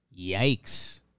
Yikes